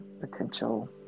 potential